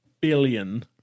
billion